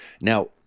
Now